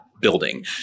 building